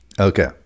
Okay